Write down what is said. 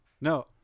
No